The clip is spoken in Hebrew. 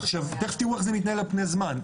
תיכף תראו איך זה מתנהל על פני הזמן.